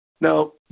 No